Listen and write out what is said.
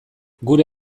gure